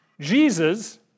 Jesus